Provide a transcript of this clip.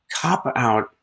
cop-out